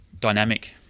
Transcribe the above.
dynamic